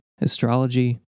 astrology